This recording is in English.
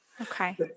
Okay